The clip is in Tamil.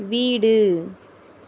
வீடு